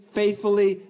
faithfully